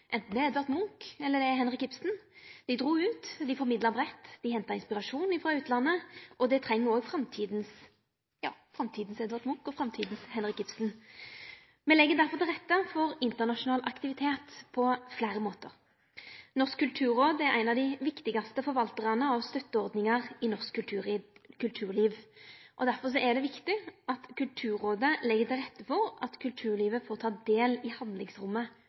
ein framtidig Edvard Munch og ein framtidig Henrik Ibsen. Me legg derfor til rette for internasjonal aktivitet på fleire måtar. Norsk Kulturråd er ein av dei viktigaste forvaltarane av støtteordningar i norsk kulturliv. Derfor er det viktig at Kulturrådet legg til rette for at kulturlivet får ta del i handlingsrommet